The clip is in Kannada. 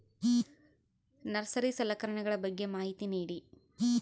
ನರ್ಸರಿ ಸಲಕರಣೆಗಳ ಬಗ್ಗೆ ಮಾಹಿತಿ ನೇಡಿ?